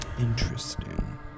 Interesting